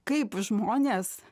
kaip žmonės